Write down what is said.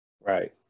right